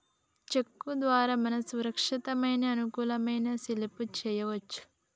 చెక్కు ద్వారా మనం సురక్షితమైన అనుకూలమైన సెల్లింపులు చేయవచ్చు